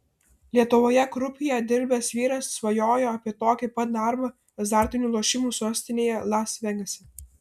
lietuvoje krupjė dirbęs vyras svajojo apie tokį pat darbą azartinių lošimų sostinėje las vegase